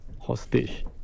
Hostage